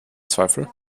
zweifel